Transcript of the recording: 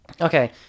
okay